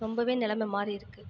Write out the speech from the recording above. ரொம்பவே நிலம மாறிருக்குது